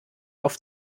auf